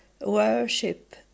worship